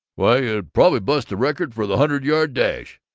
why, you'd probably bust the record for the hundred-yard dash!